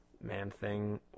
Man-Thing